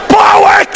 power